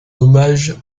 hommage